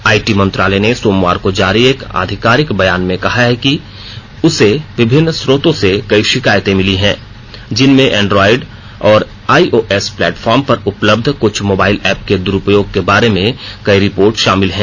IT मंत्रालय ने सोमवार को जारी एक आधिकारिक बयान में कहा कि उसे विभिन्न स्रोतों से कई शिकायतें मिली हैं जिनमें एंड्रॉइड और आईओएस प्लेटफॉर्म पर उपलब्ध कुछ मोबाइल ऐप के दुरुपयोग के बारे में कई रिपोर्ट शामिल हैं